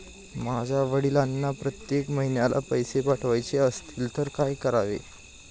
माझ्या वडिलांना प्रत्येक महिन्याला पैसे पाठवायचे असतील तर काय करावे?